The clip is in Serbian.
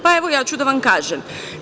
Pa, evo ja ću da vam kažem.